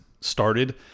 started